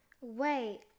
wait